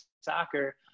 Soccer